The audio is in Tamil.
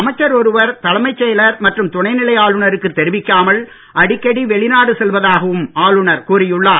அமைச்சர் ஒருவர் தலைமைச் செயலர் மற்றும் துணைநிலை ஆளுநருக்கு தெரிவிக்காமல் அடிக்கடி வெளிநாடு செல்வதாகவும் ஆளுநர் கூறியுள்ளார்